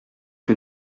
que